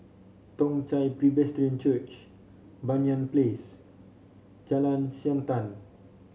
Toong Chai Presbyterian Church Banyan Place Jalan Siantan